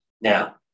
Now